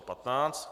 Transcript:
15.